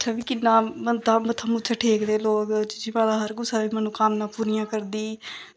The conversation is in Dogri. उत्थें बी किन्ना मत्था मुत्था टेकदे लोग ते चीची माता हर कुसै दी मनोकामनां पूरी होंदी पूरियां करदी